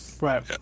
Right